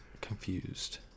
confused